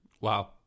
Wow